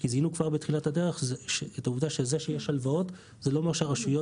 כי זהינו כבר בתחילת הדרך את העובדה שזה שיש הלוואות לא אומרת שלרשויות